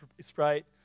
Sprite